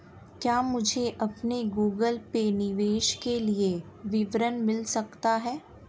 क्या मुझे अपने गूगल पे निवेश के लिए विवरण मिल सकता है?